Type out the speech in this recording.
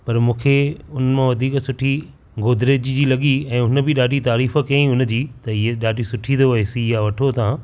पर मूंखे उन मां वधीक सुठी गोर्देज जी लॻी ऐं हुन बि ॾाढी तरीफ़ कयाईं उन जी त हीअ ॾाढी सुठी अथव ए सी इह वठो तव्हां